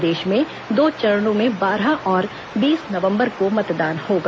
प्रदेश में दो चरणों में बारह और बीस नवंबर को मतदान होगा